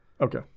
Okay